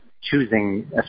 choosing